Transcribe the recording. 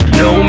no